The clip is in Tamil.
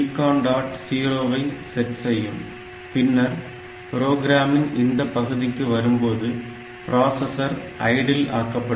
0 ஐ செட் செய்யும் பின்னர் புரோகிராமின் இந்த பகுதிக்கு வரும்போது பிராசஸர் ஐடில் ஆக்கப்படுகிறது